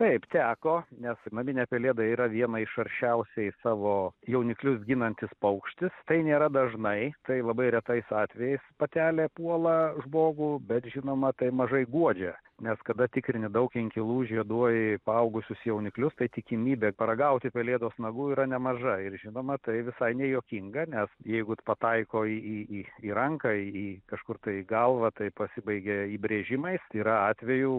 taip teko nes naminė pelėda yra viena iš aršiausiai savo jauniklius ginantis paukštis tai nėra dažnai tai labai retais atvejais patelė puola žmogų bet žinoma tai mažai guodžia nes kada tikrini daug inkilų žieduoji paaugusius jauniklius tai tikimybė paragauti pelėdos nagų yra nemaža ir žinoma tai visai nejuokinga nes jeigu pataiko į į į į ranką į kažkur tai galva tai pasibaigia įbrėžimais yra atvejų